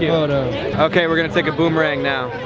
yeah photo okay were gonna take a boomerang now,